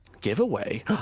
Giveaway